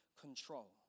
control